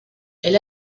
elle